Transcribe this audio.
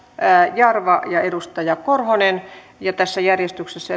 jarva ja korhonen ja tässä järjestyksessä